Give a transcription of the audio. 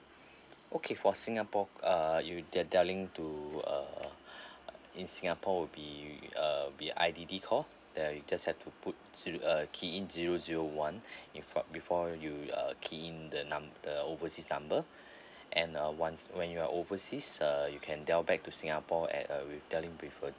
okay for singapore uh you dial dialing to uh in singapore would be uh would be a I_D_D call that you just had to put zero uh key in zero zero one infront before you uh key in the nun~ the overseas number and uh once when you're overseas uh you can dial back to singapore at a redialing preferred